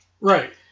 Right